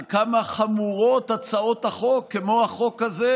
על כמה חמורות הצעות החוק כמו החוק הזה